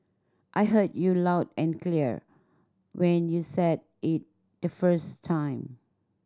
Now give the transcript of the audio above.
I heard you loud and clear when you said it the first time